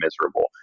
miserable